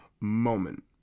moment